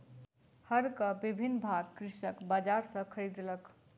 हरक विभिन्न भाग कृषक बजार सॅ खरीदलक